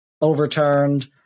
overturned